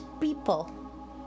people